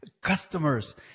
customers